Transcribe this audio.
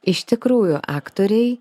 iš tikrųjų aktoriai